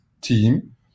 team